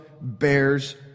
bears